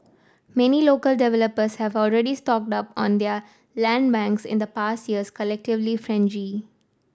many local developers have already stocked up on their land banks in the past year's collective frenzy